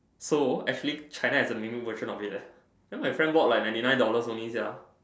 so actually China has a newer version of it leh then my friend bought like ninety nine dollars only sia